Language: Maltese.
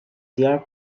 djar